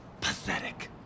pathetic